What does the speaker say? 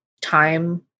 Time